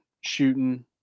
shooting